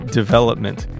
development